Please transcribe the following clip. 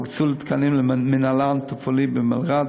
הוקצו תקנים למינהלן תפעולי במלר"ד,